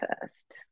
first